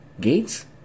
Gates